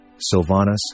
Silvanus